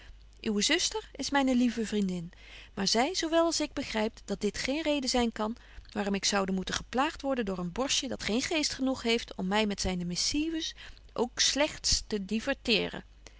uwe zuster is myne lieve vriendin maar zy zo wel als ik begrypt dat dit geen reden zyn kan waarom ik zoude moeten geplaagt worden door een borstje dat geen geest genoeg heeft om my met zyne missives ook slegts te diverteeren